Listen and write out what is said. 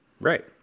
Right